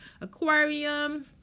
aquarium